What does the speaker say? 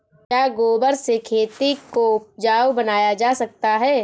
क्या गोबर से खेती को उपजाउ बनाया जा सकता है?